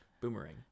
boomerang